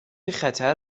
خطر